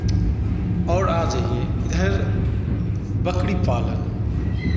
और आ जाइए इधर बकरी पालन